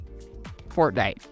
Fortnite